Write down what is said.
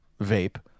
vape